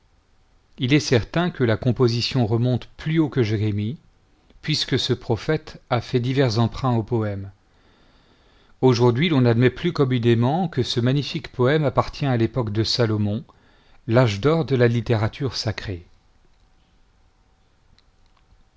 il est certain que la composition remonte plus haut que jérémie puisque ce prophète a fait divers emprunts au poème aujourd'hui l'on admet plus communément que ce magnifique poème appartient à l'époque de salomon l'âge d'or de la littérature sacrée